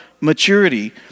maturity